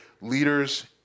leaders